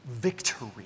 victory